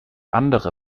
andere